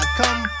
come